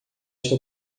esta